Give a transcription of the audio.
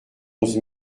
onze